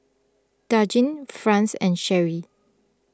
Dadyn Franz and Cherri